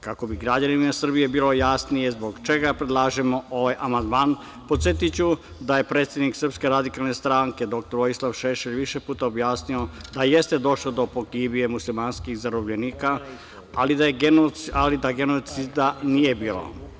Kako bi građanima Srbije bilo jasnije zbog čega predlažemo ovaj amandman podsetiću da je predsednik SRS dr Vojislav Šešelj više puta objasnio da jeste došlo do pogibije muslimanskih zarobljenika ali da genocida nije bilo.